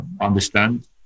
understand